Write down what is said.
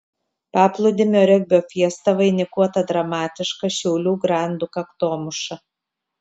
paplūdimio regbio fiesta vainikuota dramatiška šiaulių grandų kaktomuša